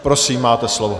Prosím, máte slovo.